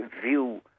view